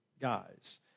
guys